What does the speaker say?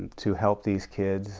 to help these kids